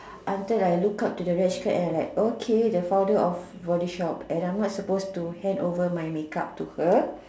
until I look up at the okay the founder of body shop and I'm not suppose to hand out my make up to her